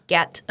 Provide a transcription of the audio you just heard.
Get